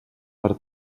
per